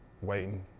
waiting